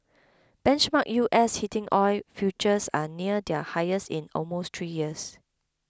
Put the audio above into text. benchmark U S heating oil futures are near their highest in almost three years